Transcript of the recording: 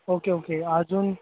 okay okay अजून